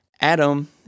Adam